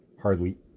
Hardly